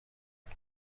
uko